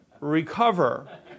recover